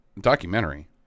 Documentary